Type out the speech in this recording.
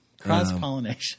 Cross-pollination